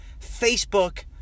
Facebook